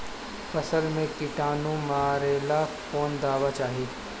फसल में किटानु मारेला कौन दावा चाही?